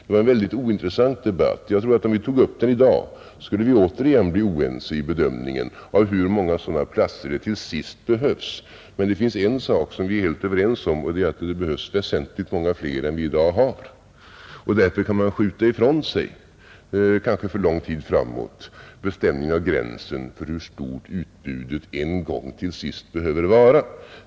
Det var en mycket ointressant debatt. Jag tror att om vi tog den i dag skulle vi återigen bli oense i bedömningen av hur många sådana platser det till sist behövs. Men det finns en sak som vi är helt överens om, och det är att det behövs väsentligt många fler än vi i dag har. Därför kan man skjuta ifrån sig — kanske för lång tid framåt — bestämningen av gränsen för hur stort utbudet en gång till slut behöver vara.